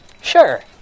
Sure